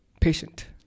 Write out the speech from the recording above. Patient